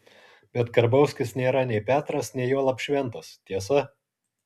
bet karbauskis nėra nei petras nei juolab šventas tiesa